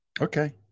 Okay